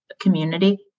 community